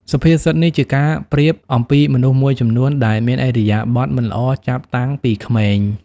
សុភាសិតនេះជាការប្រៀបអំពីមនុស្សមួយចំនួន ដែលមានឥរិយាបថមិនល្អចាប់តាំងពីក្មេង។